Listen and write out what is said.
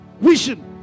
vision